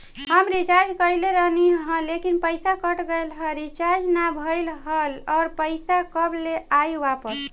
हम रीचार्ज कईले रहनी ह लेकिन पईसा कट गएल ह रीचार्ज ना भइल ह और पईसा कब ले आईवापस?